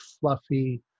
fluffy